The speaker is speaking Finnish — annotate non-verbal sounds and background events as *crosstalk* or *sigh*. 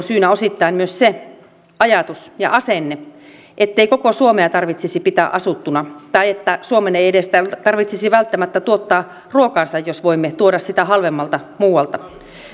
*unintelligible* syynä osittain myös se ajatus ja asenne ettei koko suomea tarvitsisi pitää asuttuna tai että suomen ei edes tarvitsisi välttämättä tuottaa ruokaansa jos voimme tuoda sitä halvemmalla muualta